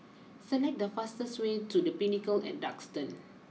select the fastest way to the Pinnacle at Duxton